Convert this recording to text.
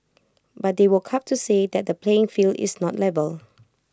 but they woke up to say that the playing field is not level